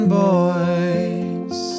boys